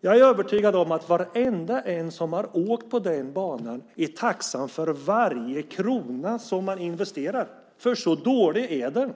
Jag är övertygad om att varenda en som har åkt på den banan är tacksam för varje krona som man investerar, för så dålig är den.